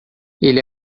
ele